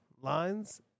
lines